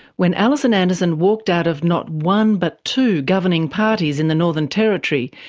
when alison anderson walked out of not one but two governing parties in the northern territory,